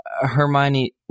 Hermione